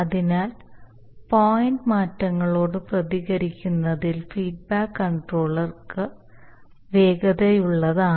അതിനാൽ പോയിന്റ് മാറ്റങ്ങളോട് പ്രതികരിക്കുന്നതിൽ ഫീഡ്ബാക്ക് കൺട്രോളർ വേഗതയുള്ളതാണ്